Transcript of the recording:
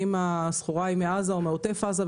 האם הסחורה היא מעזה או מעוטף עזה,